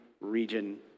region